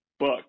book